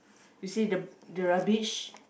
you see the the rubbish